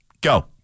Go